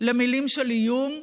למילים של איום,